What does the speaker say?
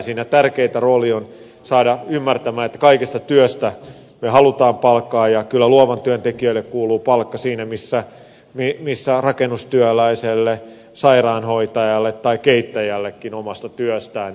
siinä tärkein rooli on saada ymmärtämään että kaikesta työstä me haluamme palkkaa ja kyllä luovan työn tekijöille kuuluu palkka siinä missä rakennustyöläiselle sairaanhoitajalle tai keittäjällekin omasta työstään